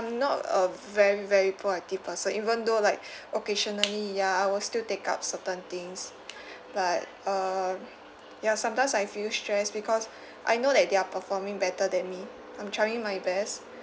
not a very very proactive person even though like occasionally ya I will still take up certain things but uh ya sometimes I feel stress because I know that they are performing better than me I'm trying my best